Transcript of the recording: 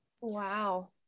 Wow